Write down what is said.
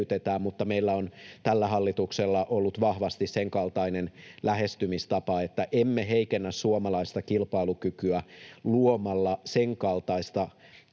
mutta tällä hallituksella on ollut vahvasti sen kaltainen lähestymistapa, että emme heikennä suomalaista kilpailukykyä luomalla sen kaltaista